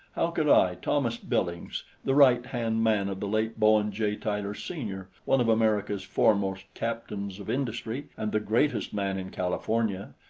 how could i, thomas billings, the right-hand man of the late bowen j. tyler, sr, one of america's foremost captains of industry and the greatest man in california,